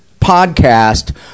podcast